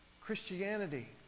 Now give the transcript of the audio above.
Christianity